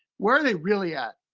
where are they really at?